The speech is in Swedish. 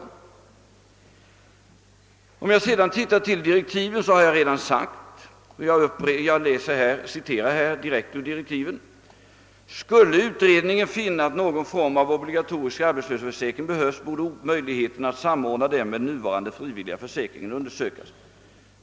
I direktiven säges: »Skulle utredningen finna att någon form av obligatorisk arbetslöshetsförsäkring behövs, bör möjligheterna att samordna den med den nuvarande frivilliga försäkringen undersökas.